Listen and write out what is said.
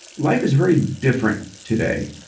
life is very different today,